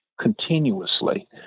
continuously